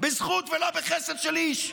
בזכות ולא בחסד של איש.